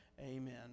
Amen